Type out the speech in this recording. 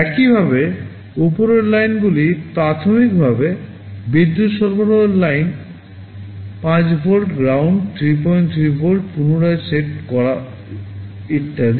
একইভাবে উপরের লাইনগুলি প্রাথমিকভাবে বিদ্যুৎ সরবরাহের লাইন 5 ভোল্ট গ্রাউন্ড 33 ভোল্ট পুনরায় সেট করা ইত্যাদি